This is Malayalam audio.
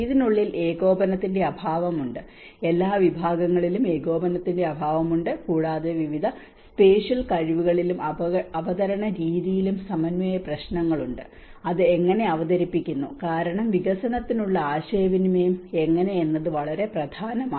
ഇതിനുള്ളിൽ ഏകോപനത്തിന്റെ അഭാവമുണ്ട് എല്ലാ വിഭാഗങ്ങളിലും ഏകോപനത്തിന്റെ അഭാവമുണ്ട് കൂടാതെ വിവിധ സ്പേഷ്യൽ കഴിവുകളിലും അവതരണ രീതിയിലും സമന്വയ പ്രശ്നങ്ങളുണ്ട് അത് എങ്ങനെ അവതരിപ്പിക്കുന്നു കാരണം വികസനത്തിനുള്ള ആശയവിനിമയം എങ്ങനെ വളരെ പ്രധാനമാണ്